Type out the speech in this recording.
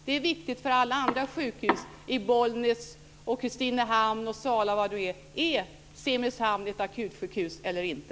Det är viktigt för alla andra sjukhus att få veta det, i Bollnäs, Kristinehamn, Sala osv. Är sjukhuset i Simrishamn ett akutsjukhus eller inte?